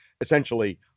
essentially